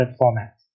format